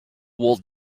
wool